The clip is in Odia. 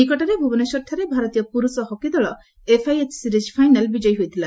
ନିକଟରେ ଭୁବନେଶ୍ୱରଠାରେ ଭାରତୀୟ ପ୍ରର୍ଷ ହକି ଦଳ ଏଫଆଇଏଚ୍ ସିରିଜ୍ ଫାଇନାଲ୍ ବିଜୟୀ ହୋଇଥିଲା